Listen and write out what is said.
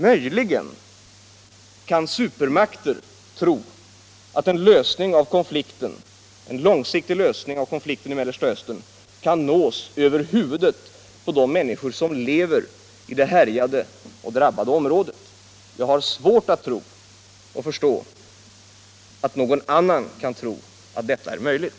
Möjligen kan supermakter tro att en långsiktig lösning av konflikten i Mellersta Östern kan nås över huvudet på de människor som lever i det härjade och drabbade området, men jag har svårt att förstå att någon annan kan tro att detta är möjligt.